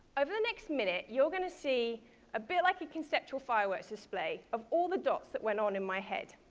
over the next minute, you're going to see a bit like a conceptual fireworks display of all the dots that went on in my head.